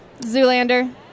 Zoolander